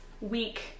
week